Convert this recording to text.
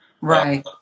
Right